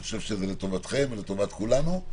אני חושב שזה לטובתכם ולטובת כולנו.